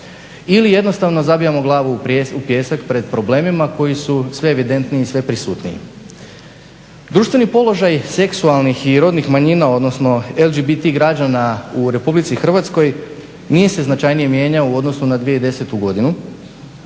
Ili jednostavno zabijamo glavu u pijesak pred problemima koji su sve evidentniji, sve prisutniji. Društveni položaj seksualnih i rodnih manjina, odnosno LGBT građana u Republici Hrvatskoj nije se značajni mijenjalo u odnosu na 2010. godinu